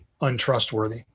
untrustworthy